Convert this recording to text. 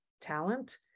talent